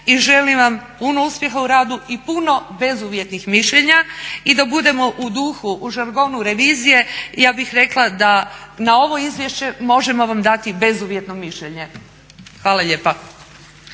i želim vam puno uspjeha u radu i puno bezuvjetnih mišljenja i da budemo u duhu, u žargonu revizije. Ja bih rekla da na ovo izvješće možemo vam dati bezuvjetno mišljenje. Hvala lijepa.